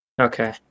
okay